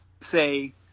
say